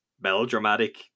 melodramatic